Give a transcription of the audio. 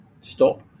stop